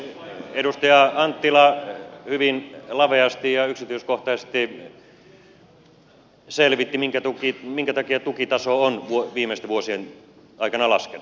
edustaja anttila hyvin laveasti ja yksityiskohtaisesti selvitti minkä takia tukitaso on viimeisten vuosien aikana laskenut